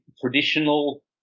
traditional